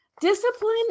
Discipline